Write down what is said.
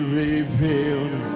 revealed